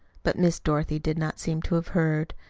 but miss dorothy did not seem to have heard.